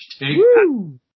Woo